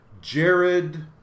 Jared